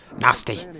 Nasty